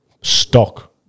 Stock